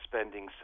spending